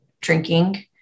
drinking